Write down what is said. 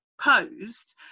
posed